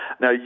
Now